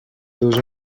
dos